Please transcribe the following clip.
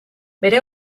bere